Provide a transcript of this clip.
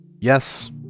Yes